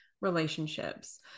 relationships